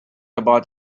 about